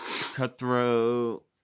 Cutthroat